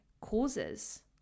causes